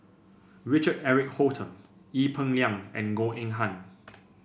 Richard Eric Holttum Ee Peng Liang and Goh Eng Han